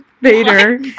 vader